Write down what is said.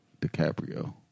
DiCaprio